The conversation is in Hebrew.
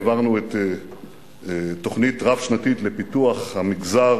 העברנו תוכנית רב-שנתית לפיתוח המגזר